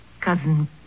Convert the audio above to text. Cousin